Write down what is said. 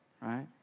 right